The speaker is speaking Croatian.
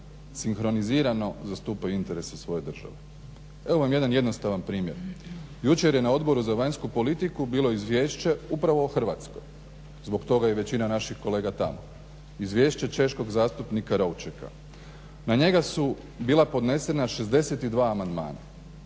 sinhronizirno zastupaju interese svoje države. Evo vam jedan jednostavan primjer. Jučer je na Odboru za vanjsku politiku bilo izvješće upravo o Hrvatskoj, zbog toga je većina naših kolega tamo, izvješće češkog zastupnika Roucheka. Na njega su bila podnesena 62 amandmana,